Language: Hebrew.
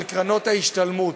של קרנות ההשתלמות.